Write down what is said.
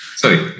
sorry